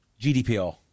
GDPR